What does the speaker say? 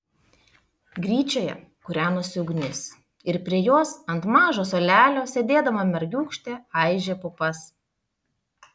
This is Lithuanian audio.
gryčioje kūrenosi ugnis ir prie jos ant mažo suolelio sėdėdama mergiūkštė aižė pupas